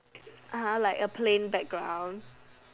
uh !huh! like a plain background